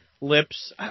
lips